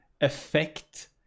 affect